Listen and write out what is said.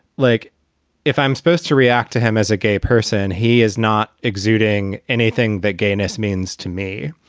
like if i'm supposed to react to him as a gay person, he is not exuding anything that gayness means to me.